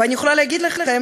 ואני יכולה להגיד לכם